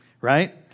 Right